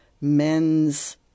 men's